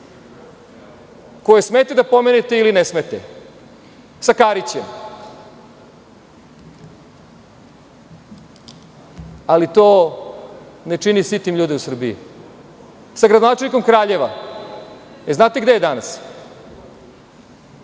koje smete da pomenete ili ne smete, sa Karićem, ali to ne čini sitim ljude u Srbiji, sa gradonačelnikom Kraljeva. Da li znate gde je danas?